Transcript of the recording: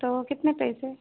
तो कितने पैसे